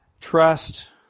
trust